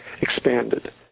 expanded